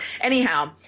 Anyhow